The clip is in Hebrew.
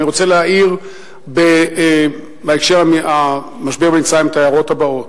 אני רוצה להעיר בהקשר של המשבר במצרים את ההערות הבאות: